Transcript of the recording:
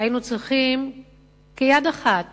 היינו צריכים כיד אחת